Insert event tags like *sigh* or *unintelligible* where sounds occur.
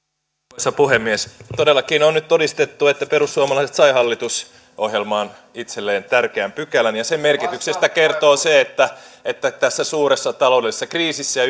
arvoisa puhemies todellakin on nyt todistettu että perussuomalaiset sai hallitusohjelmaan itselleen tärkeän pykälän ja sen merkityksestä kertoo se että että tässä suuressa taloudellisessa kriisissä ja *unintelligible*